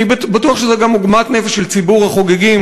אני בטוח שזו גם עוגמת נפש של ציבור החוגגים,